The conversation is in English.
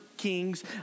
Kings